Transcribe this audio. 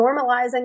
normalizing